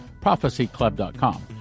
prophecyclub.com